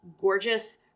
gorgeous